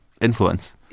influence